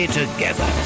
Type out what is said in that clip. together